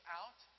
out